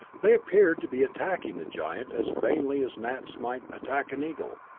they appeared to be attacking the giant as vainly as gnats might attack an eagle,